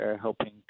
helping